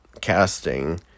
casting